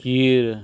खीर